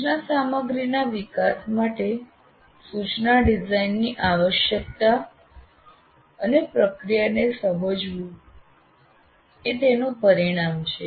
સૂચના સામગ્રીના વિકાસ માટે સૂચના ડિઝાઇન ની આવશ્યકતા અને પ્રક્રિયાને સમજવું એ તેનું પરિણામ છે